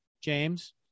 james